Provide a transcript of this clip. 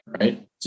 Right